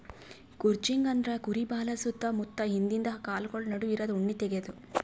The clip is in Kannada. ಕ್ರುಚಿಂಗ್ ಅಂದ್ರ ಕುರಿ ಬಾಲದ್ ಸುತ್ತ ಮುತ್ತ ಹಿಂದಿಂದ ಕಾಲ್ಗೊಳ್ ನಡು ಇರದು ಉಣ್ಣಿ ತೆಗ್ಯದು